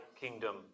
kingdom